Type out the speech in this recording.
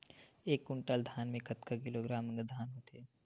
एक कुंटल धान में कतका किलोग्राम धान होथे?